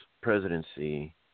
presidency